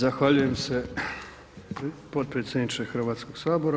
Zahvaljujem se potpredsjedniče Hrvatskog sabora.